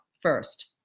first